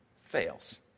fails